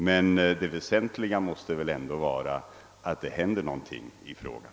Men det väsentliga måste det väl ändå vara att det händer någonting i frågan.